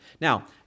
Now